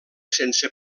sense